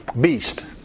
beast